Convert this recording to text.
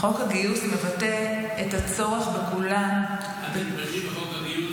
חוק הגיוס מבטא את הצורך בכולם --- אתם דנים בחוק הגיוס?